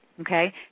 Okay